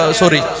sorry